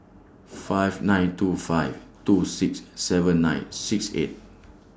five nine two five two six seven nine six eight